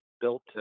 built